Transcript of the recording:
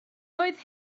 oedd